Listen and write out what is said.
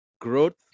growth